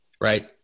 right